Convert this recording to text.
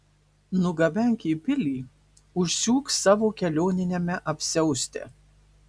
nugabenk į pilį užsiūk savo kelioniniame apsiauste